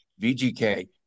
VGK